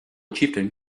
chieftain